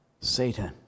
Satan